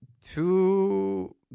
two